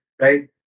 right